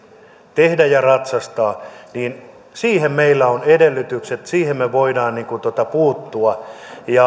tehdä ja ratsastaa siihen meillä on edellytykset siihen me voimme puuttua